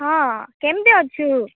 ହଁ କେମିତି ଅଛୁ